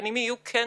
לבנות יחידות תמיכה